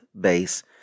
base